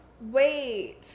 Wait